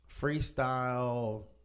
freestyle